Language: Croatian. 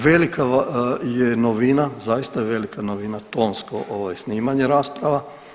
Velika je novina, zaista je velika novina tonsko ovaj snimanje rasprava.